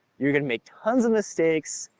you're gonna make tons of mistakes,